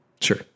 Sure